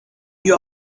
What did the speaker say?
you